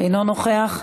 אינו נוכח,